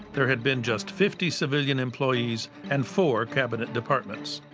there had been just fifty civilian employees and four cabinet departments.